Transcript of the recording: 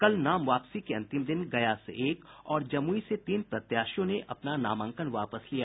कल नाम वापसी के अंतिम दिन गया से एक और जमुई से तीन प्रत्याशियों ने अपना नामांकन वापस लिया